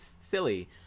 silly